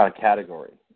category